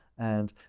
and